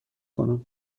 کنم